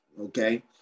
okay